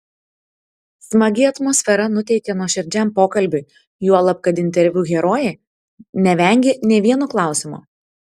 smagi atmosfera nuteikė nuoširdžiam pokalbiui juolab kad interviu herojė nevengė nė vieno klausimo